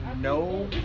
no